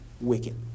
wicked